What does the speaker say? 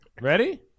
Ready